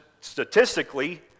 Statistically